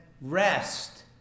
rest